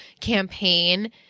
campaign